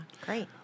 Great